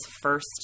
first